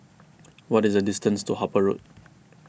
what is the distance to Harper Road